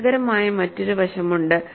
രസകരമായ മറ്റൊരു വശമുണ്ട്